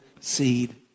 Seed